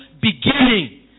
beginning